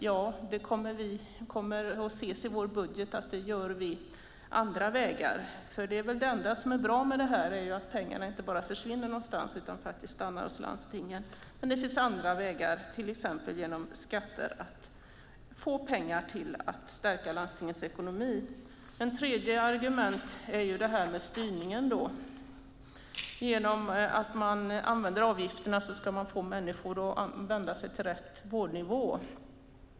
Ja, det kommer att synas i vår budget att vi gör det på andra vägar. Det enda som är bra med det här är väl att pengarna inte bara försvinner någonstans utan stannar hos landstingen. Men det finns andra vägar, till exempel genom skatter, att få pengar till att stärka landstingens ekonomi. Ett tredje argument är styrningen. Genom att använda avgifterna ska man få människor att vända sig till rätt vårdnivå.